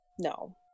no